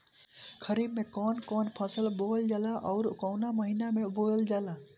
खरिफ में कौन कौं फसल बोवल जाला अउर काउने महीने में बोवेल जाला?